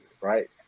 right